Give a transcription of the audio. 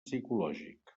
psicològic